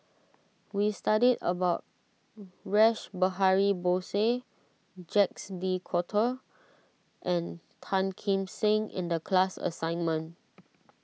we studied about Rash Behari Bose Jacques De Coutre and Tan Kim Seng in the class assignment